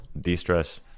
de-stress